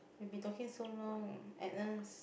we've been talking so long Agnus